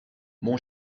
mon